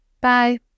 Bye